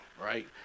right